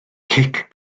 cic